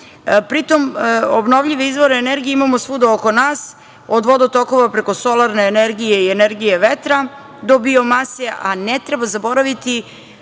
Pri tome, obnovljive izvore energije imamo svuda oko nas, od vodotokova, preko solarne energije, energije vetra, do biomase, a ne treba zaboraviti